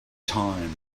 time